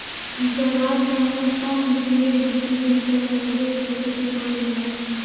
जवार जहवां कम मेघ बुनी होखेला ओहिजे एकर खेती कईल जाला